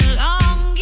long